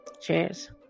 Cheers